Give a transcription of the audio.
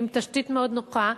עם תשתית מאוד נוחה,